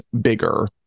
bigger